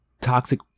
toxic